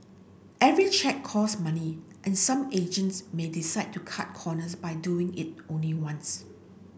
every check cost money and some agents may decide to cut corners by doing it only once